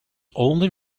only